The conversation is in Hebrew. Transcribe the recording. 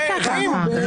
זה קצת מתחבר,